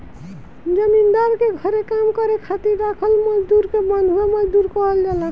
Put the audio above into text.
जमींदार के घरे काम करे खातिर राखल मजदुर के बंधुआ मजदूर कहल जाला